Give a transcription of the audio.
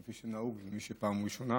כפי שנהוג למי שפעם ראשונה,